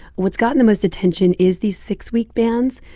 what's gotten the most attention is these six-week bans,